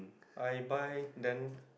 I buy then